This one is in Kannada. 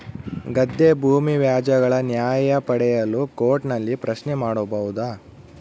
ಗದ್ದೆ ಭೂಮಿ ವ್ಯಾಜ್ಯಗಳ ನ್ಯಾಯ ಪಡೆಯಲು ಕೋರ್ಟ್ ನಲ್ಲಿ ಪ್ರಶ್ನೆ ಮಾಡಬಹುದಾ?